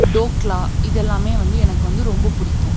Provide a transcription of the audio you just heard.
டோக்லா இதெல்லாமே வந்து எனக்கு வந்து ரொம்ப பிடிக்கும்